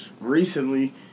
Recently